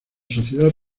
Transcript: sociedad